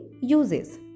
uses